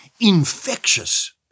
infectious